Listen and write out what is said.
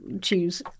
choose